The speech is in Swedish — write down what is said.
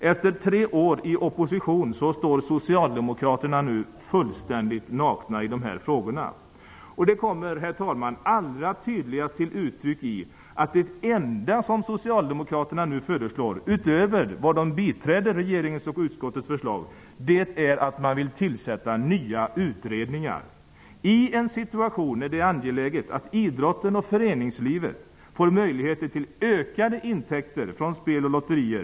Efter tre år i opposition står Socialdemokraterna nu fullständigt nakna i dessa frågor. Det kommer, herr talman, allra tydligast till uttryck i att det enda som Socialdemokraterna nu föreslår, utöver att de biträder regeringens och utskottets förslag, är att man vill tillsätta nya utredningar. Det vill man i en situation där det är angeläget att idrotten och föreningslivet får möjlighet till ökade intäkter från spel och lotterier.